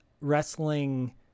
wrestling